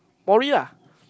Morrie lah